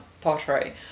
pottery